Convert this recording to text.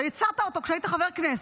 שהצעת אותו כשהיית חבר כנסת,